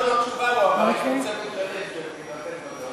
השר אפילו את התשובה לא אמר, יש פה צוות, בבקשה.